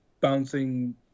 bouncing